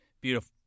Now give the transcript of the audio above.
Beautiful